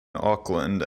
auckland